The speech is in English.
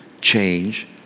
change